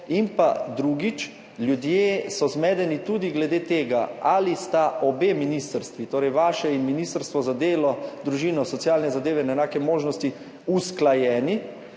In drugič, ljudje so zmedeni tudi glede tega, ali sta obe ministrstvi, torej vaše in Ministrstvo za delo, družino, socialne zadeve in enake možnosti, usklajeni